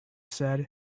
said